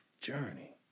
journey